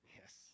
Yes